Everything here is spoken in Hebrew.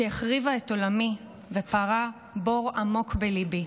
שהחריבה את עולמי ופערה בור עמוק בליבי.